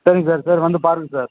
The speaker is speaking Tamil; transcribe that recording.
சரிங்க சார் சார் வந்து பாருங்க சார்